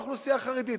האוכלוסייה החרדית.